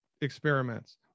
experiments